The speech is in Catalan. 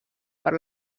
per